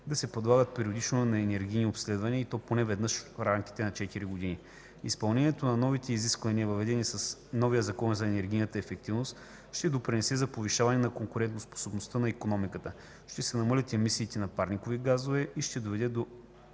да се подлагат периодично на енергийни обследвания, и то поне веднъж в рамките на четири години. Изпълнението на новите изисквания, въведени с новия Закон за енергийната ефективност ще допринесе за повишаване на конкурентоспособността на икономиката, ще се намалят емисиите на парниковите газове и ще доведе до